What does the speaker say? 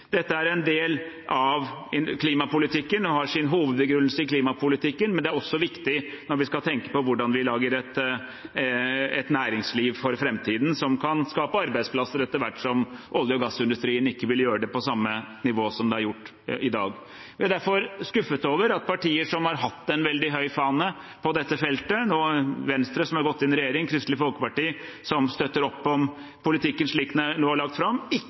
Dette er en del av klimapolitikken og har sin hovedbegrunnelse i klimapolitikken, men det er også viktig når vi skal tenke på hvordan vi lager et næringsliv for framtiden som kan skape arbeidsplasser etter hvert som olje- og gassindustrien ikke vil gjøre det på samme nivå som det er gjort til i dag. Jeg er derfor skuffet over at partier som har hatt en veldig høy fane på dette feltet – Venstre, som har gått inn i regjering, og Kristelig Folkeparti, som støtter opp om politikken slik den nå er lagt fram